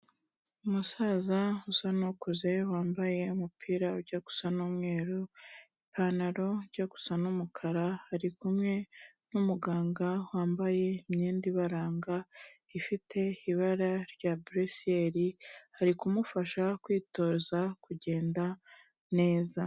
Umusaza usa n'ukuze wambaye umupira ujya gusa n'umweru, ipantaro ijya gusa n'umukara ari kumwe n'umuganga wambaye imyenda ibaranga, ifite ibara rya buresiyeri ari kumufasha kwitoza kugenda neza.